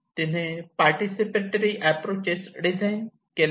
तिने participatory approaches design केले